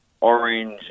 Orange